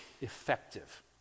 effective